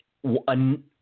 One